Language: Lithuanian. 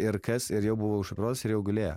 ir kas ir jau buvo išoperuotas ir jau gulėjo